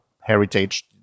heritage